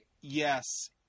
Yes